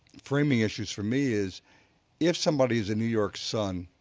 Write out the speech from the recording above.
framing issues for me is if somebody is a new york sun